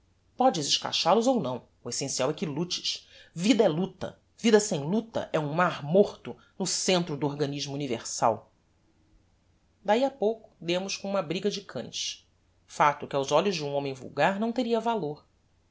pódes escachal os ou não o essencial é que lutes vida é luta vida sem luta é um mar morto no centro do organismo universal dahi a pouco demos com uma briga de cães facto que aos olhos de um homem vulgar não teria valor